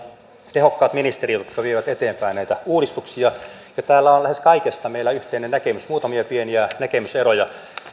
tehokkaat ministerit jotka vievät eteenpäin näitä uudistuksia täällä on lähes kaikesta meillä yhteinen näkemys muutamia pieniä näkemyseroja